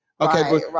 Okay